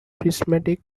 prismatic